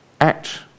act